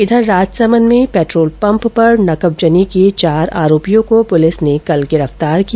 इधर राजसमंद में petrol pump पर नकबजनी के चार आरोपियों को पुलिस ने कल गिरफ्तार किया